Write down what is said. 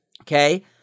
okay